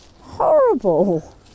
horrible